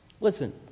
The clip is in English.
Listen